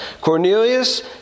cornelius